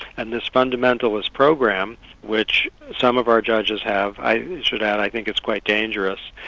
and this fundamentalist program which some of our judges have, i should add i think it's quite dangerous.